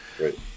Right